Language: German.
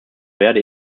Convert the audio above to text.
werde